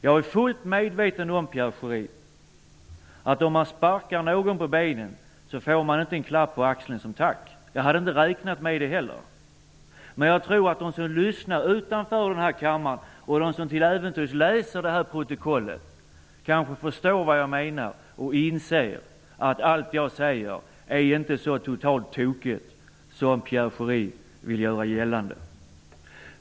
Jag är fullt medveten om, Pierre Schori, att man inte får en klapp på axeln som tack om man sparkar någon på benen. Jag hade inte räknat med det. De som lyssnar utanför denna kammare och de som till äventyrs läser detta protokoll kanske förstår vad jag menar och inser att allt jag säger inte är så tokigt som Pierre Schori vill göra gällande.